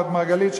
"אורות מרגלית",